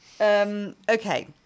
Okay